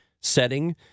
setting